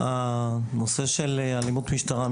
בנושא של אלימות משטרה,